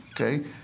okay